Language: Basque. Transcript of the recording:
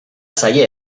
zaie